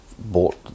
Bought